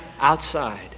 outside